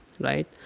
right